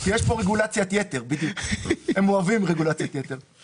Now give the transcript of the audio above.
הם אוהבים רגולציית יתר.